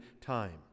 time